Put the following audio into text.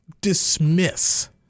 dismiss